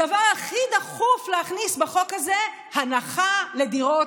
הדבר הכי דחוף להכניס בחוק הזה: הנחה לדירות